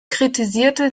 kritisierte